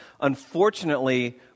Unfortunately